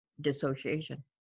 dissociation